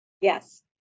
Yes